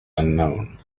unknown